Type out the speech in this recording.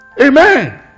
amen